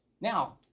Now